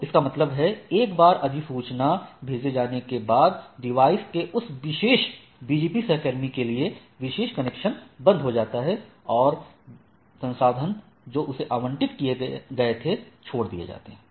तो इसका मतलब है एक बार अधिसूचना भेजे जाने बाद डिवाइस के उस विशेष BGP सहकर्मी के लिए विशेष कनेक्शन बंद हो जाता है और संसाधन जो उसे आवंटित किये गए थे छोड़ दिए जाते हैं